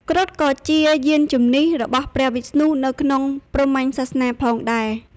គ្រុឌក៏ជាយានជំនិះរបស់ព្រះវិស្ណុនៅក្នុងព្រហ្មញ្ញសាសនាផងដែរ។